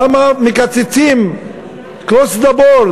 למה מקצצים across the board,